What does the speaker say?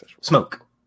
Smoke